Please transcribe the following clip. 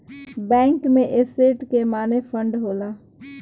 bank में asset के माने फंड होला